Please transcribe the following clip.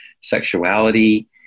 sexuality